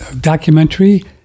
documentary